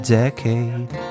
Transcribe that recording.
decade